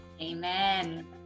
amen